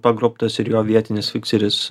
pagrobtas ir jo vietinis fikseris